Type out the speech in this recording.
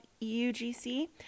UGC